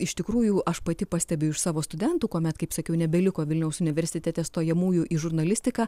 iš tikrųjų aš pati pastebiu iš savo studentų kuomet kaip sakiau nebeliko vilniaus universitete stojamųjų į žurnalistiką